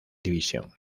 división